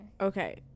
Okay